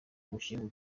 umukinnyi